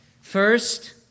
First